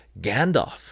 Gandalf